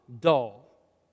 Dull